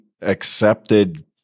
accepted